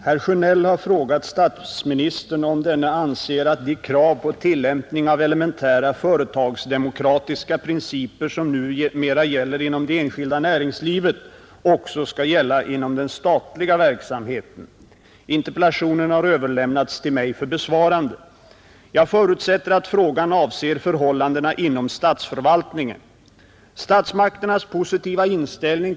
Herr talman! Jag får tacka statsrådet Löfberg för hans svar på min interpellation, Efter genomläsningen av svaret är det med ett igenkännande leende som man upplever materialiserandet av den gamla anekdoten om prosten i en gripbar verklighet. Prosten satt som bekant och läste igenom manuskriptet till sin söndagspredikan och gjorde anteckningar i marginalen. På ett par ställen skrev han helt kort: ”Argumentationen svag, höj rösten!